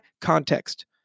Context